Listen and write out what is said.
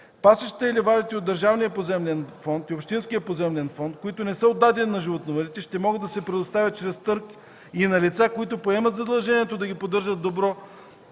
Пасищата и ливадите от Държавния поземлен фонд и Общинския поземлен фонд, които не са отдадени на животновъдите, ще могат да се предоставят чрез търг и на лица, които поемат задължението да ги поддържат в добро